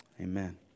Amen